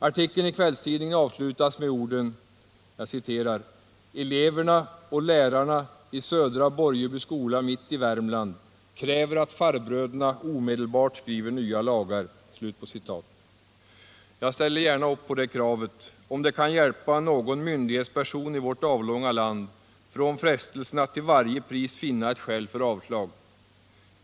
Artikeln i Kvällstidningen avslutas med orden: ”Eleverna och lärarna i S:a Borjeby skola, mitt i Värmland, kräver att farbröderna omedelbart skriver nya lagar.” Jag ställer gärna upp på det kravet, om det kan hjälpa någon myndighetsperson i vårt avlånga land från frestelsen att till varje pris finna ett skäl för avslag.